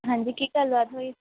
ਹਾਂਜੀ ਕੀ ਗੱਲਬਾਤ ਹੋਈ